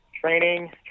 training